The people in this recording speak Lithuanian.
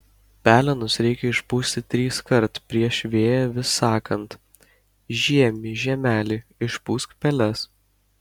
pelenus reikia išpūsti triskart prieš vėją vis sakant žiemy žiemeli išpūsk peles